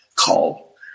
call